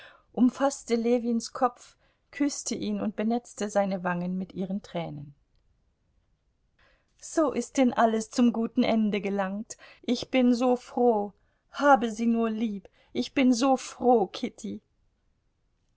umfaßte ljewins kopf küßte ihn und benetzte seine wangen mit ihren tränen so ist denn alles zum guten ende gelangt ich bin so froh habe sie nur lieb ich bin so froh kitty